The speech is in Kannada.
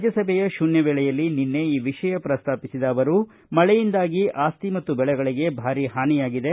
ರಾಜ್ಯಸಭೆಯ ಶೂನ್ಯ ವೇಳೆಯಲ್ಲಿ ನಿನ್ನೆ ಈ ವಿಷಯ ಪ್ರಸ್ತಾಪಿಸಿದ ಅವರು ಮಳೆಯಿಂದಾಗಿ ಆಸ್ತಿ ಮತ್ತು ಬೆಳೆಗಳಿಗೆ ಭಾರಿ ಹಾನಿಯಾಗಿದೆ